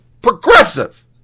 progressive